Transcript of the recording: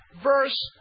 verse